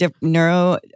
neuro